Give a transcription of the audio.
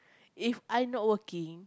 If I not working